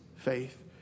Faith